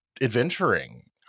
adventuring